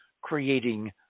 creating